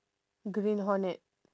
green hornet